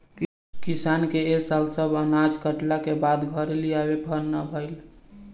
किसान के ए साल सब अनाज कटला के बाद घरे लियावे भर ना भईल